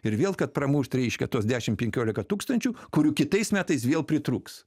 ir vėl kad pramušt reiškia tuos dešim penkiolika tūkstančių kurių kitais metais vėl pritrūks